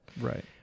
Right